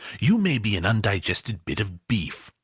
you may be an undigested bit of beef,